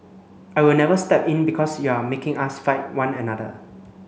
I will never step in because you are making us fight one another